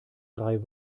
drei